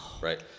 Right